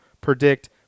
predict